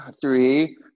Three